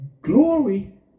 glory